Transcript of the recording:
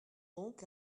donc